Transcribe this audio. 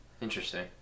Interesting